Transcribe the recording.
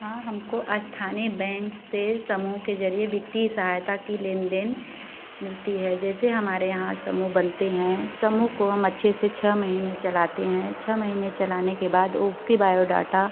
हाँ हम को स्थानीय बैंक से समूह के ज़रिए वित्तीय सहायता की लेन देन मिलती है जैसे हमारे यहाँ समूह बनते हैं समूह को हम अच्छे से छः महीने चलाते हैं छः महीने चलाने के बाद उसका बायोडाटा